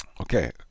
Okay